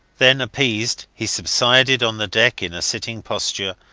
then, appeased, he subsided on the deck in a sitting posture,